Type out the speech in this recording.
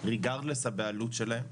ללא קשר לבעלות שלהם.